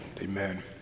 amen